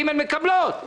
ג' מקבלים,